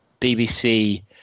BBC